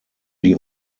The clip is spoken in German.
die